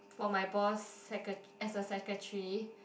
for my boss secre~ as a secretary